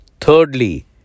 Thirdly